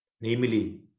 namely